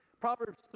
Proverbs